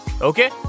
Okay